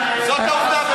זאת העובדה,